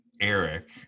Eric